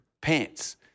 pants